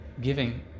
giving